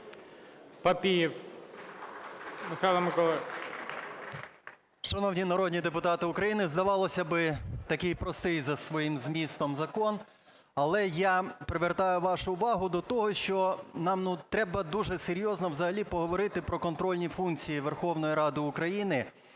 ПАПІЄВ М.М. Шановні народні депутати України, здавалося б, такий простий, за своїм змістом закон, але я привертаю вашу увагу до того, що нам треба дуже серйозно взагалі поговорити про контрольні функції Верховної Ради України,